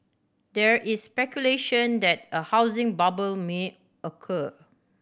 there is speculation that a housing bubble may occur